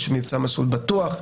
יש מבצע "מסלול בטוח",